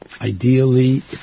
Ideally